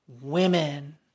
women